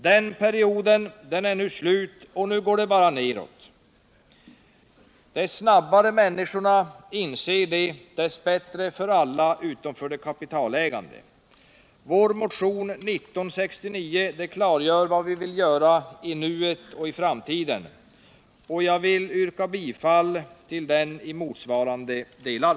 Den perioden är slut, och nu går det bara nedåt. Ju snabbare människorna inser detta, desto bättre för alla utom de kapitalägande. Vår motion 1969 klargör vad vi vill göra i nuet och i framtiden. Jag vill yrka bifall till den i samtliga delar.